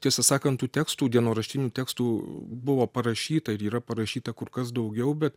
tiesą sakant tų tekstų dienoraštinių tekstų buvo parašyta ir yra parašyta kur kas daugiau bet